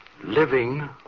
Living